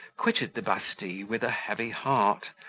quitted the bastille with a heavy heart,